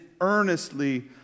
earnestly